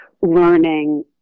learning